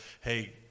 hey